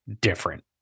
different